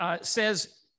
says